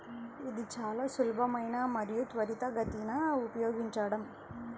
ఇది చాలా సులభమైనది మరియు త్వరితగతిన ఉపయోగించడం